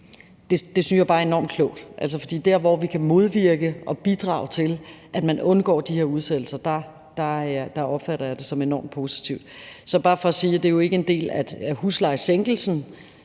rådgivning, er enormt klogt. For de steder, hvor vi kan modvirke udsættelse og bidrage til, at man undgår de her udsættelser, opfatter jeg som noget enormt positivt. Så det er bare for at sige det. Det er jo ikke en del af huslejesænkelsen,